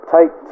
Take